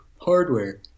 hardware